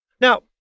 Now